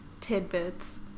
Tidbits